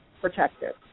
protective